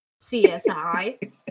CSI